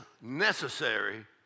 necessary